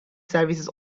services